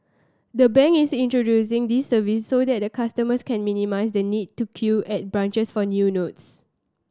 the bank is introducing this service so that the customers can minimise the need to queue at branches for new notes